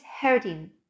hurting